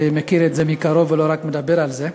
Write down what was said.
ומכיר את זה מקרוב ולא רק מדבר על זה.